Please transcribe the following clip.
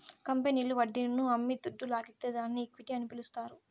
కంపెనీల్లు వడ్డీలను అమ్మి దుడ్డు లాగితే దాన్ని ఈక్విటీ అని పిలస్తారు